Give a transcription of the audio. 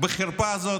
בחרפה הזאת?